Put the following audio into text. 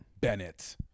Bennett